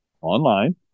online